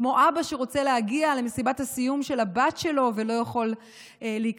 כמו אבא שרוצה להגיע למסיבת הסיום של הבת שלו ולא יכול להיכנס,